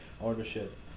ownership